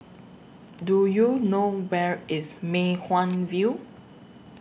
Do YOU know Where IS Mei Hwan View